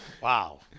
wow